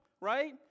right